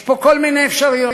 יש פה כל מיני אפשרויות.